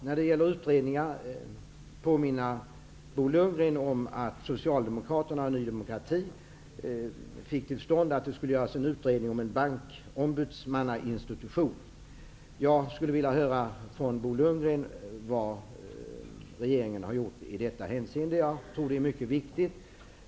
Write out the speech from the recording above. När det gäller utredningar vill jag påminna Bo Lundgren om att Socialdemokraterna och Ny demokrati fick till stånd en utredning om en bankombudsmannainstitution. Jag skulle från Bo Lundgren vilja höra vad regeringen har gjort i detta hänseende. Jag tror att det är mycket viktigt.